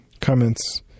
comments